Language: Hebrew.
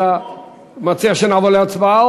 אתה מציע שנעבור להצבעה,